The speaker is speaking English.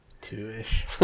two-ish